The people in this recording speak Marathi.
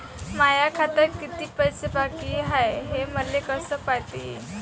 माया खात्यात कितीक पैसे बाकी हाय हे मले कस पायता येईन?